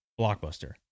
Blockbuster